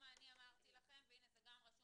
אני אומרת זאת וזה כתוב בפרוטוקול.